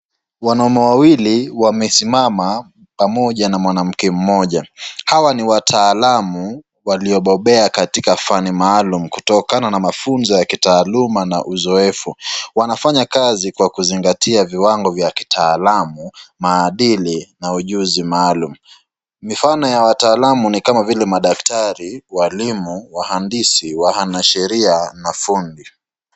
Wanaume wawili wamesimama pamoja na mwanamke mmoja hawa ni wataalamu waliobobea katika fani maalum kutokana na mafunzo ya kitaaluma na uzoefu wanafanya kazi kwa kuzingatia viwango vya kitaalamu maadhili na ujuzi maalum mifano ya wataalam nikama vile madaktari walimu wahandisi wanasheria na fundi